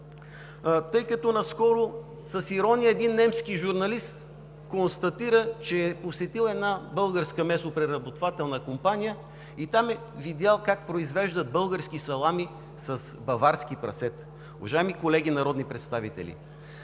Наскоро с ирония един немски журналист констатира, че е посетил една българска месопреработвателна компания и там е видял как произвеждат български салами с баварски прасета. Уважаеми колеги народни представители,